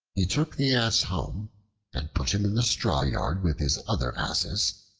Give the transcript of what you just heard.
he took the ass home and put him in the straw-yard with his other asses,